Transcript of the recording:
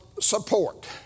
support